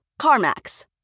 CarMax